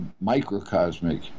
microcosmic